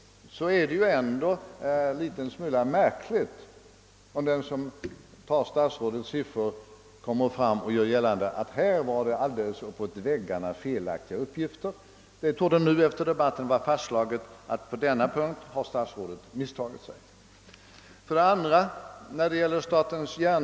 Men det är litet märkligt om statsrådet gör gällande att den, som nämner andra siffror än han själv, lämnar uppåt väggarna felaktiga uppgifter. Det torde också efter den här debatten vara fastslaget att statsrådet har misstagit sig på denna punkt.